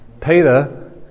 Peter